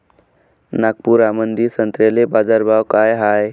नागपुरामंदी संत्र्याले बाजारभाव काय हाय?